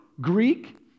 Greek